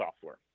software